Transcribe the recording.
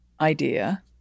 idea